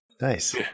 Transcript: Nice